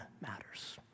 matters